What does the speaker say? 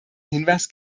hinweis